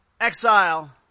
exile